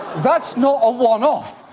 that's not a one-off,